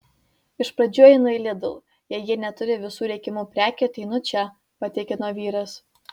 iš pradžių einu į lidl jei jie neturi visų reikiamų prekių ateinu čia patikino vyras